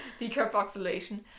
Decarboxylation